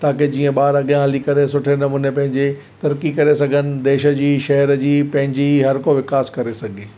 ताकि जीअं ॿार अॻियां हली करे सुठे नमूने पंहिंजी तरक़ी करे सघनि देश जी शहर जी पंहिंजी हर को विकास करे सघे